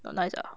not nice ah